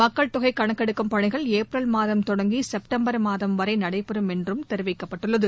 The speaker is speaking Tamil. மக்கள் தொகை கணக்கெடுக்கும் பணிகள் ஏப்ரல் மாதம் தொடங்கி செப்டம்பர் மாதம் வரை நடைபெறும் என்று தெரிவிக்கப்பட்டுள்ளது